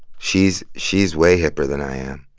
she's she's way hipper than i am.